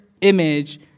image